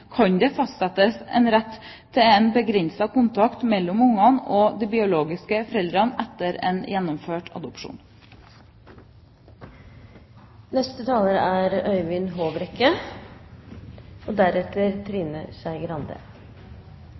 kan det fastsettes en rett til en begrenset kontakt mellom barnet og de biologiske foreldrene etter en gjennomført adopsjon. Stortinget vedtar nå at det skal kunne gis rett til kontakt mellom barn og